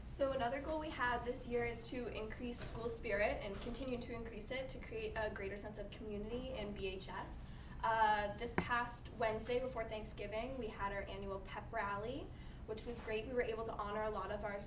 so another goal we have this year is to increase school spirit and continue to increase it to create a greater sense of community and just this past wednesday before thanksgiving we had our annual pep rally which was great great able to honor a lot of our